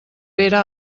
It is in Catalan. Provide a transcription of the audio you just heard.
pere